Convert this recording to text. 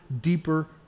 deeper